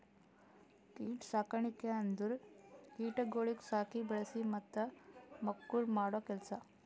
ಕೀಟ ಸಾಕಣಿಕೆ ಅಂದುರ್ ಕೀಟಗೊಳಿಗ್ ಸಾಕಿ, ಬೆಳಿಸಿ ಮತ್ತ ಮಕ್ಕುಳ್ ಮಾಡೋ ಕೆಲಸ